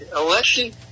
election